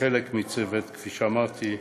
כחלק מצוות, כפי שאמרתי,